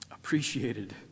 Appreciated